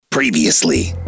Previously